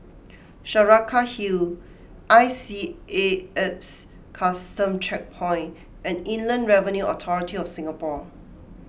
Saraca Hill I C A Alps Custom Checkpoint and Inland Revenue Authority of Singapore